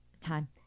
time